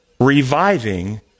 reviving